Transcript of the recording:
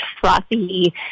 frothy